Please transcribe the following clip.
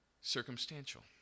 circumstantial